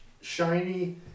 Shiny